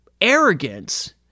arrogance